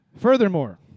Furthermore